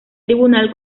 tribunal